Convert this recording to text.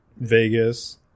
Vegas